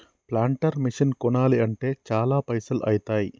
planter machine కొనాలి అంటే చాల పైసల్ ఐతాయ్